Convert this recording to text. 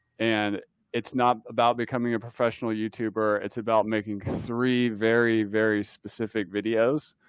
and it's not about becoming a professional youtuber. it's about making three very, very specific videos.